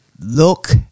look